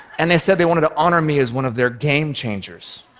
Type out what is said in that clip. and they said they wanted to honor me as one of their game-changers.